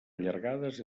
allargades